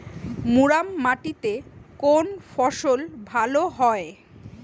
মুরাম মাটিতে কোন ফসল ভালো হয়?